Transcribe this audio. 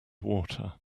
water